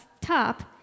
top